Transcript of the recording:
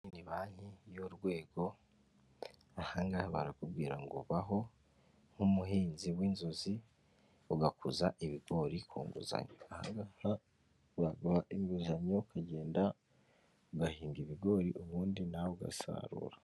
Iyi ni banki y'urwego aha ngaha barakubwira ngo baho nk'umuhinzi w'inzozi ugakuza ibigori ku nguzanyo. Aha ngaho baguha inguzanyo ukagenda ugahinga ibigori ubundi nawe ugasarura.